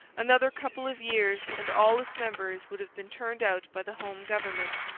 another couple of years and all its members would have been turned out by the home government.